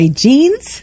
jeans